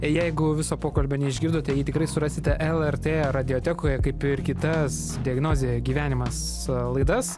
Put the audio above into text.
jeigu viso pokalbio neišgirdote jį tikrai surasite lrt radiotekoje kaip ir kitas diagnozė gyvenimas laidas